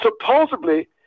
supposedly